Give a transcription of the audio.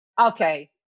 Okay